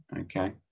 okay